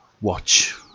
watch